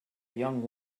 young